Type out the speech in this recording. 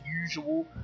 usual